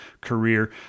career